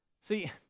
See